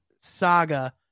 saga